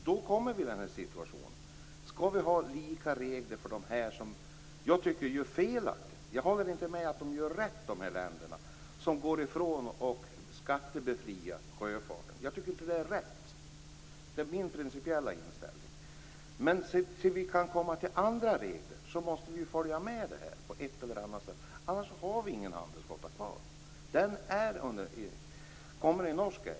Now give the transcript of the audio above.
Vi kommer då till frågan om vi skall ha lika regler som de som handlar felaktigt? Jag håller inte med om att de länder som skattebefriar sjöfarten gör rätt. Min principiella inställning är den att detta inte är rätt, men fram till dess att man kan komma fram till nya regler måste vi på ett eller annat sätt följa med. Annars kommer vi inte att ha någon handelsflotta kvar. Den kommer mer eller mindre i norsk ägo.